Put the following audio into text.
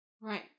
Right